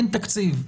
אין תקציב.